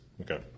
Okay